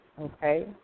okay